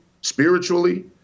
spiritually